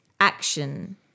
action